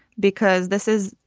because this is,